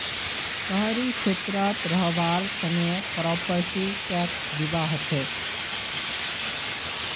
शहरी क्षेत्रत रहबार तने प्रॉपर्टी टैक्स दिबा हछेक